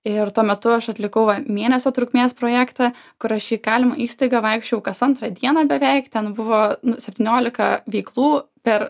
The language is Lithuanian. ir tuo metu aš atlikau va mėnesio trukmės projektą kur aš į įkalinimo įstaigą vaikščiojau kas antrą dieną beveik ten buvo septyniolika veiklų per